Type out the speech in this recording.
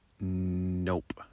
Nope